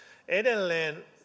edelleen